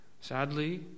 Sadly